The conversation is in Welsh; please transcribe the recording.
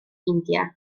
india